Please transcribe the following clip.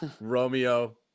Romeo –